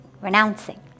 renouncing